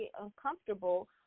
uncomfortable